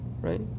right